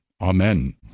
Amen